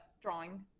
drawing